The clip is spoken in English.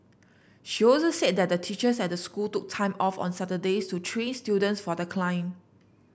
she also said that the teachers at the school took time off on Saturdays to train students for the climb